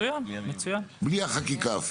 אפילו בלי החקיקה,